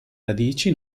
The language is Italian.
radici